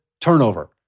turnover